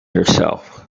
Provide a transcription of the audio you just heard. herself